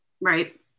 Right